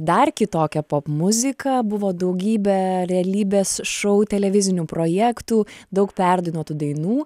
dar kitokia popmuzika buvo daugybė realybės šou televizinių projektų daug perdainuotų dainų